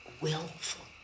willful